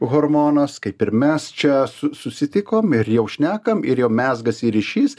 hormonas kaip ir mes čia su susitikom ir jau šnekam ir jau mezgasi ryšys